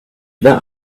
that